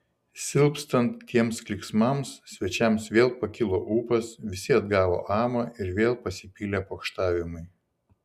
silpstant tiems klyksmams svečiams vėl pakilo ūpas visi atgavo amą ir vėl pasipylė pokštavimai